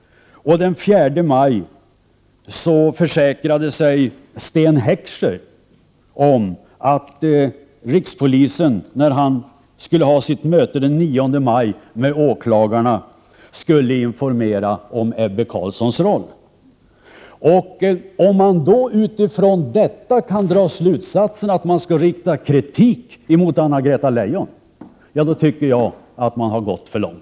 Den 4 maj försäkrade sig Sten Heckscher om att rikspolischefen, när han skulle ha sitt möte med åklagarna den 9 maj, skulle informera om Ebbe Carlssons roll. c Om man utifrån detta kan dra slutsatsen att kritik skall riktas mot Anna-Greta Leijon, tycker jag att man har gått för långt.